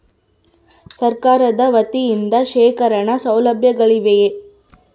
ಸರಕಾರದ ವತಿಯಿಂದ ಶೇಖರಣ ಸೌಲಭ್ಯಗಳಿವೆಯೇ?